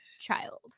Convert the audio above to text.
child